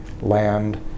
land